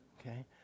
Okay